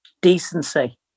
Decency